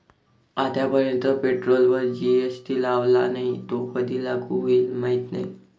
आतापर्यंत पेट्रोलवर जी.एस.टी लावला नाही, तो कधी लागू होईल माहीत नाही